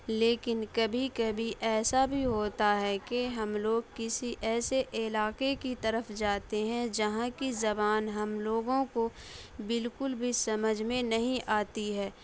لیکن کبھی کبھی ایسا بھی ہوتا ہے کہ ہم لوگ کسی ایسے علاقے کی طرف جاتے ہیں جہاں کی زبان ہم لوگوں کو بالکل بھی سمجھ میں نہیں آتی ہے